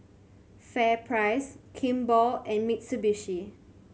FairPrice Kimball and Mitsubishi